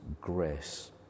grace